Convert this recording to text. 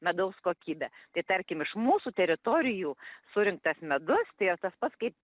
medaus kokybę tai tarkim iš mūsų teritorijų surinktas medus tai yra tas pats kaip